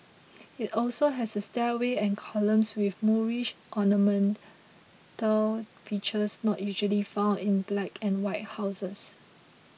it also has a stairway and columns with Moorish ornamental features not usually found in black and white houses